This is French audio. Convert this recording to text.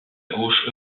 gauche